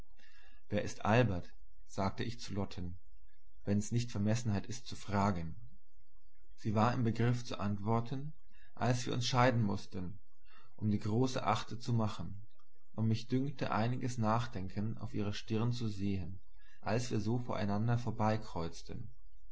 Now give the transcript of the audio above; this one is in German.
wer ist albert sagte ich zu lotten wenn's nicht vermessenheit ist zu fragen sie war im begriff zu antworten als wir uns scheiden mußten um die große achte zu machen und mich dünkte einiges nachdenken auf ihrer stirn zu sehen als wir so vor